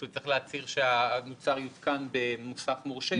שהוא צריך להצהיר שהמוצר יותקן במוסך מורשה.